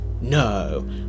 No